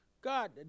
God